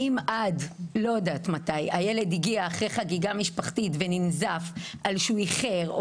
אם הילד הגיע אחרי חגיגה משפחתית וננזף על שהוא איחר או